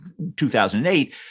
2008